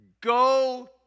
go